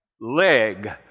leg